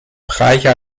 praia